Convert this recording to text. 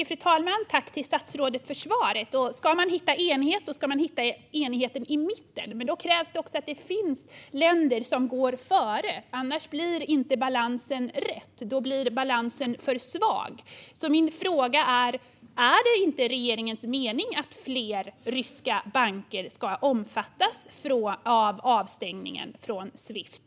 Fru talman! Tack till statsrådet för svaret! Om man ska hitta enighet ska man hitta den i mitten, men då krävs också att det finns länder som går före. Annars blir inte balansen rätt; då blir den för svag. Min fråga är därför: Är det inte regeringens mening att fler ryska banker ska omfattas av avstängningen från Swift?